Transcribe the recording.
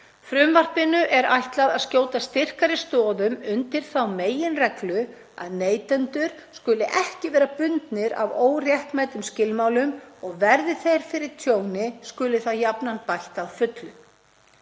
Frumvarpinu er ætlað að skjóta styrkari stoðum undir þá meginreglu að neytendur skuli ekki vera bundnir af óréttmætum skilmálum og verði þeir fyrir tjóni skuli það jafnan bætt að fullu.